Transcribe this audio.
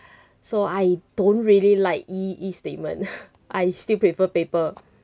so I don't really like E e-statement I still prefer paper